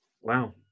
Wow